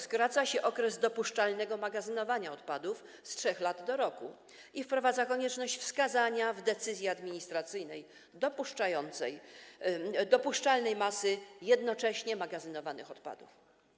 Skraca się okres dopuszczalnego magazynowania odpadów z trzech lat do roku i wprowadza konieczność wskazania w decyzji administracyjnej dopuszczalnej masy jednocześnie magazynowanych odpadów.